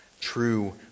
true